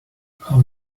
how